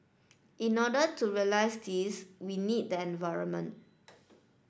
in order to realise this we need the environment